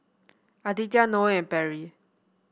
Aditya Noe and Perry